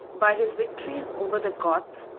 by his victories over the goths,